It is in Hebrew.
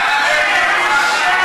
איזו בושה.